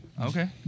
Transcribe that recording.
Okay